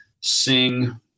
sing